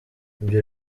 ibyo